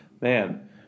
man